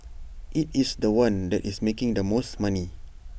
IT is The One that is making the most money